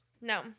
No